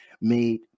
made